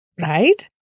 right